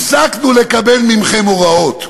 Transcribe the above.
הפסקנו לקבל מכם הוראות.